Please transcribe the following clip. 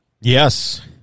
yes